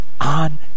on